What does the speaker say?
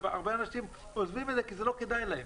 הרבה אנשים עוזבים את זה כי זה לא כדאי להם,